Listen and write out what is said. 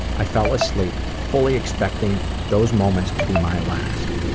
i fell asleep fully expecting those moments to be my last.